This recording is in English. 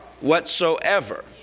Whatsoever